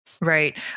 right